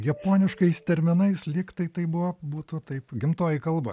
japoniškais terminais lyg tai buvo būtų taip gimtoji kalba